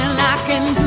back and